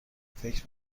فکر